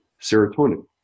serotonin